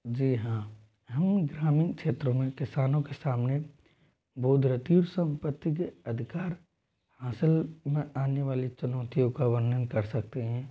जी हाँ हम ग्रामीण क्षेत्रों में किसानों के सामने बुधरतीव संपत्ति के अधिकार हासिल में आने वाली चुनौतियों का वर्णन कर सकते हैं